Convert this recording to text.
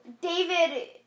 David